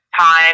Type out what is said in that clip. time